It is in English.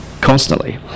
constantly